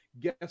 guess